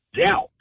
doubt